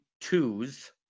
twos